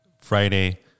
Friday